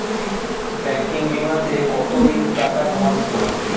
Banking বিমাতে কত দিন টাকা জমা দিতে হয়?